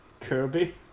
Kirby